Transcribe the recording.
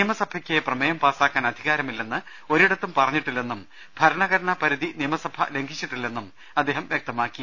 നിയമസഭയ്ക്ക് പ്രമേയം പാസ്സാക്കാൻ അധികാ രമില്ലെന്ന് ഒരിടത്തും പറഞ്ഞിട്ടില്ലെന്നും ഭരണഘടനാ പരിധി നിയമസഭ ലംഘി ച്ചിട്ടില്ലെന്നും അദ്ദേഹം വ്യക്തമാക്കി